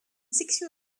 section